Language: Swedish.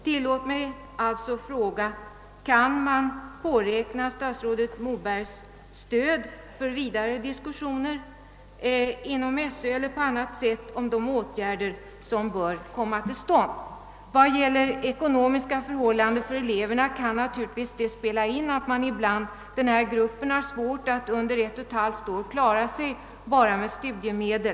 Tillåt mig alltså fråga: Kan man påräkna statsrådet Mobergs stöd vid fortsatta diskussioner inom skolöverstyrelsen eller på andra håll när det gäller att vidta lämpliga åtgärder? Beträffande elevernas ekonomiska förhållanden kan det naturligtvis vara av betydelse att den här gruppen har svårt att under ett och ett halvt år klara sig på endast studiemedel.